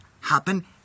happen